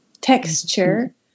texture